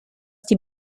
die